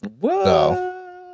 Whoa